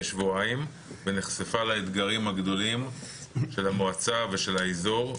שבועיים ונחשפה לאתגרים הגדולים של המועצה ושל האזור,